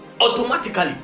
automatically